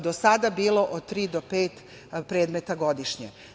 Do sada je bilo od tri do pet predmeta godišnje.